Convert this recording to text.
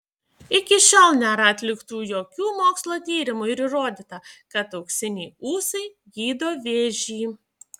iki šiol nėra atliktų jokių mokslo tyrimų ir įrodyta kad auksiniai ūsai gydo vėžį